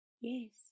Yes